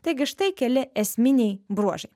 taigi štai keli esminiai bruožai